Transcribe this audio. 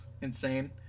insane